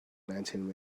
nineteen